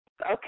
Okay